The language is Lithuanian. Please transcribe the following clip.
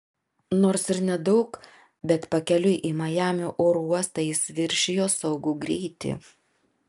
nors ir nedaug bet pakeliui į majamio oro uostą jis viršijo saugų greitį